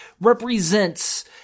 represents